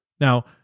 Now